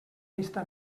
vista